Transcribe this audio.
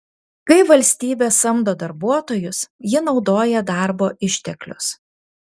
kai valstybė samdo darbuotojus ji naudoja darbo išteklius